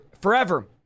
Forever